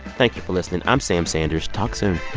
thank you for listening. i'm sam sanders. talk soon